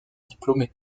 diplômés